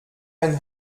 ein